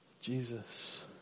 Jesus